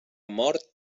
mort